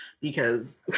Because-